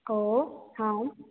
हो हा